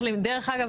דרך אגב